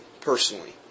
personally